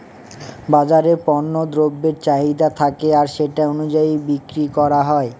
বাজারে পণ্য দ্রব্যের চাহিদা থাকে আর সেটা অনুযায়ী বিক্রি করা হয়